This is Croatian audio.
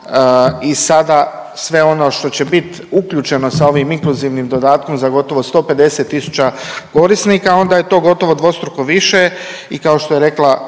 i sada sve ono što će biti uključeno sa ovim inkluzivnim dodatkom za gotovo 150 tisuća korisnika, onda je to gotovo dvostruko više i kao što je rekla